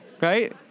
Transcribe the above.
right